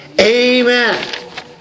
Amen